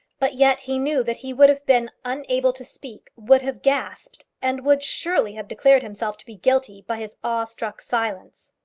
but yet he knew that he would have been unable to speak, would have gasped, and would surely have declared himself to be guilty by his awe-struck silence.